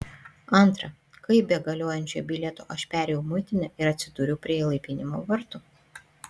antra kaip be galiojančio bilieto aš perėjau muitinę ir atsidūriau prie įlaipinimo vartų